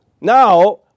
now